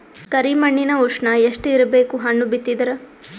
ಕರಿ ಮಣ್ಣಿನ ಉಷ್ಣ ಎಷ್ಟ ಇರಬೇಕು ಹಣ್ಣು ಬಿತ್ತಿದರ?